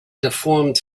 deformed